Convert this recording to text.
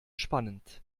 spannend